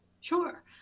Sure